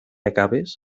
acabes